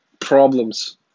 problems